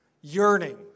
yearning